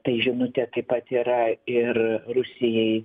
tai žinutė taip pat yra ir rusijai